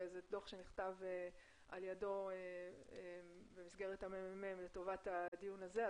זה דו"ח שנכתב על ידו במסגרת הממ"מ לטובת הדיון הזה.